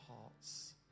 hearts